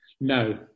No